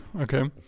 okay